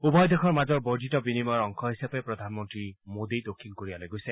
উভয় দেশৰ মাজৰ বৰ্ধিত বিনিময়ৰ অংশ হিচাপে প্ৰধানমন্ত্ৰী মোদী দক্ষিণ কোৰিয়ালৈ গৈছে